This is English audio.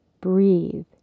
Breathe